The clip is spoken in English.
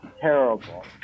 terrible